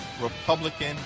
Republican